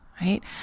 right